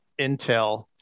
Intel